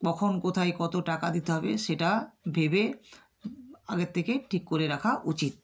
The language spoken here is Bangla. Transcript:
কখন কোথায় কত টাকা দিতে হবে সেটা ভেবে আগের থেকে ঠিক করে রাখা উচিত